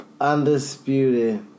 Undisputed